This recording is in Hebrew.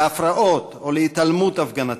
להפרעות או להתעלמות הפגנתית,